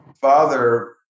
father